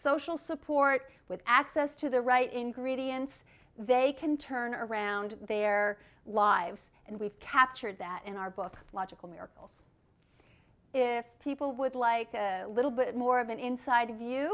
social support with access to the right ingredients they can turn around their lives and we've captured that in our book logical miracles if people would like a little bit more of an inside view